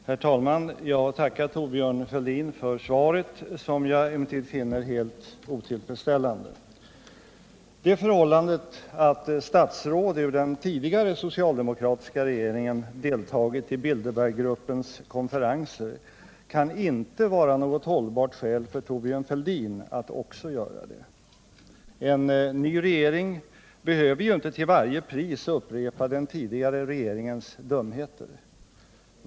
Herr talman! Jag tackar Thorbjörn Fälldin för svaret, som jag emellertid finner helt otillfredsställande. Det förhållandet att statsråd ur den tidigare socialdemokratiska regeringen deltagit i Bilderberggruppens konferenser kan inte vara något hållbart skäl för Thorbjörn Fälldin att också göra det. En ny regering behöver ju inte till varje pris upprepa den tidigare regeringens dumheter.